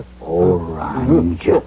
orange